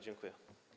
Dziękuję.